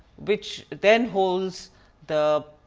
which then holds the,